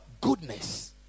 Goodness